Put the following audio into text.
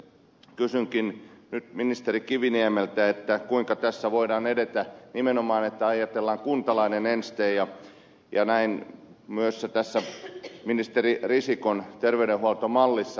kysynkin nyt ministeri kiviniemeltä kuinka tässä voidaan edetä kun nimenomaan ajatellaan että kuntalainen ensin myös tässä ministeri risikon terveydenhuoltomallissa